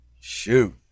shoot